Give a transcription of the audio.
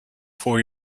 four